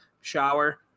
shower